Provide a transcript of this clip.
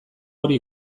hori